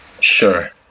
Sure